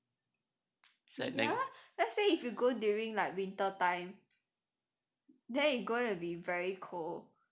ya let's say if you go during like winter time then you are going to be very cold